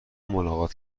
ملاقات